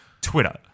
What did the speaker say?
Twitter